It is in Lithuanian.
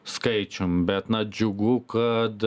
skaičium bet na džiugu kad